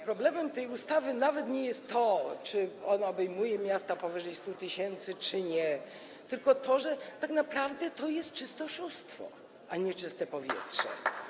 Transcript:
Problemem tej ustawy nawet nie jest to, czy ona obejmuje miasta powyżej 100 tys., czy nie, tylko to, że tak naprawdę to jest czyste oszustwo, a nie czyste powietrze.